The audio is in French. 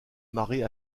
marée